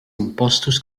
impostos